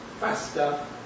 faster